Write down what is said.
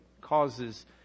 causes